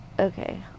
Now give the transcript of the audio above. Okay